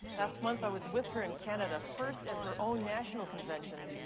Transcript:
last month i was with her in canada. first at her own national convention,